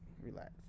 Relax